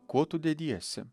kuo tu dediesi